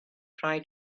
try